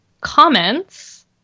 comments